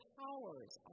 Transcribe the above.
powers